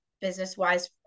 business-wise